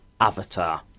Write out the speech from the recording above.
Avatar